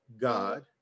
god